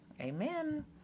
amen